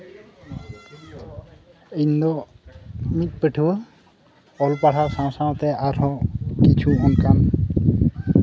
ᱤᱧ ᱫᱚ ᱢᱤᱫ ᱯᱟᱹᱴᱷᱩᱣᱟᱹ ᱚᱞ ᱯᱟᱲᱦᱟᱣ ᱥᱟᱶᱼᱥᱟᱶ ᱛᱮ ᱟᱨᱦᱚᱸ